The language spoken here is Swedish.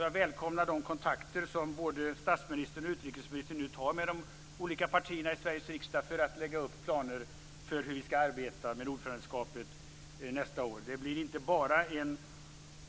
Jag välkomnar de kontakter som både statsministern och utrikesministern nu tar med de olika partierna i Sveriges riksdag för att lägga upp planer för hur vi ska arbeta med ordförandeskapet nästa år. Det blir inte bara en